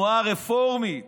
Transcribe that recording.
התנועה הרפורמית